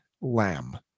lamb